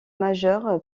majeure